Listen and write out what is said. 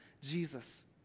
Jesus